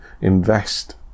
invest